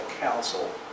council